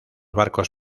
barcos